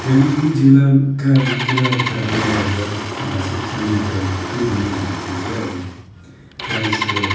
कालिम्पोङ जिल्लाका मुख्य जातीय र भाषिक समुहका के हुन् भन्दाखेरि चाहिँ अब प्रायः जस्तो